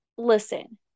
Listen